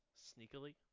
sneakily